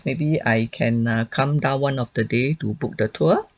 maybe I can err come down one of the day to book the tour